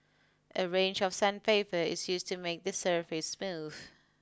a range of sandpaper is used to make the surface smooth